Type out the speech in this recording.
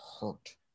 hurt